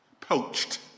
poached